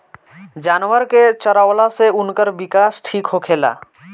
जानवर के चरवला से उनकर विकास ठीक होखेला